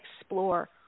explore